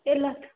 தெரில